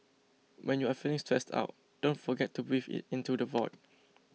when you are feeling stressed out don't forget to breathe it into the void